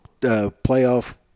playoff